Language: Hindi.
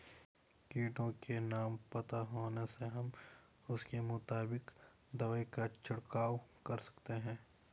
कीटों के नाम पता होने से हम उसके मुताबिक दवाई का छिड़काव कर सकते हैं